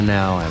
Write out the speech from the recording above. now